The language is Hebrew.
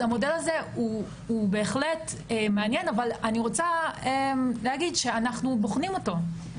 המודל הזה הוא בהחלט מעניין, אנחנו בוחנים אותו.